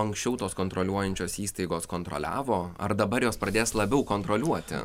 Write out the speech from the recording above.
anksčiau tos kontroliuojančios įstaigos kontroliavo ar dabar jos pradės labiau kontroliuoti